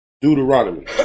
Deuteronomy